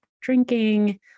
drinking